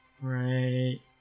right